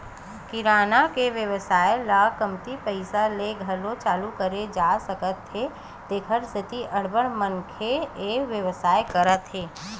किराना के बेवसाय ल कमती पइसा ले घलो चालू करे जा सकत हे तेखर सेती अब्बड़ मनखे ह ए बेवसाय करत हे